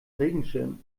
regenschirm